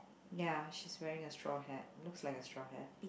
ya she's wearing a straw hat looks like a straw hat